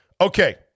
Okay